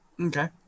Okay